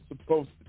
supposed